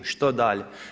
Što dalje.